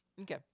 Okay